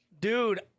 Dude